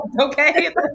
okay